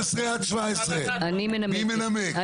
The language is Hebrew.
15 עד 27. מי מנמק?